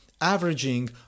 averaging